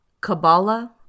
Kabbalah